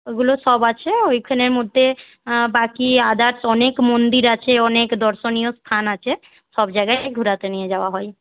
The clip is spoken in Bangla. ওগুলো সব আছে ওইখানের মধ্যে বাকি আদার্স অনেক মন্দির আছে অনেক দর্শনীয় স্থান আছে সব জায়গায় ঘোরাতে নিয়ে যাওয়া হয়